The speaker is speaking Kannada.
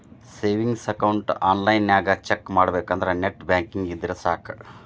ಸೇವಿಂಗ್ಸ್ ಅಕೌಂಟ್ ಆನ್ಲೈನ್ನ್ಯಾಗ ಚೆಕ್ ಮಾಡಬೇಕಂದ್ರ ನೆಟ್ ಬ್ಯಾಂಕಿಂಗ್ ಇದ್ರೆ ಸಾಕ್